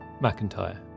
McIntyre